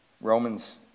Romans